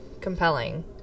compelling